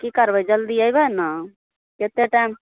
की करबै जल्दी एबै ने कतेक टाइम